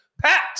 Pat